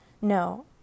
No